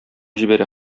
җибәрә